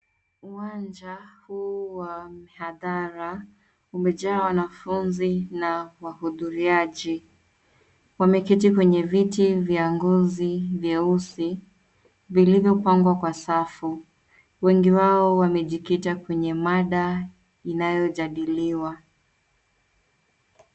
Uwanja huu wa mihadhara umejaa wanafunzi na wahudhuriaji . Wameketi kwenye viti vya ngozi vyeusi vilivyopangwa kwa safu . Wengi wao wamejikita kwenye mada inayojadiliwa.